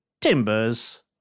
Timbers